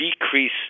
decrease